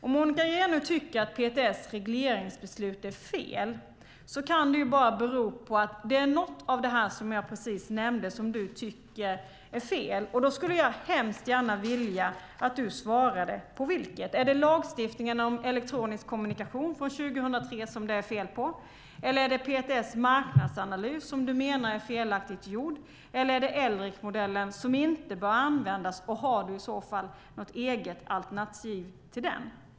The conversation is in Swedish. Om Monica Green nu tycker att PTS regleringsbeslut är fel kan det bara bero på att det är något av det som jag precis nämnde som hon tycker är fel. Då skulle jag hemskt gärna vilja att hon svarade på vilket. Är det lagstiftningen om elektronisk kommunikation från 2003 som det är fel på? Är det PTS marknadsanalys som Monica Green menar är felaktigt gjord? Är det LRIC-modellen som inte bör användas, och har hon i så fall något eget alternativ till den?